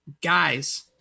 guys